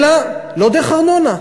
אתה אומר דברים,